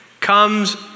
comes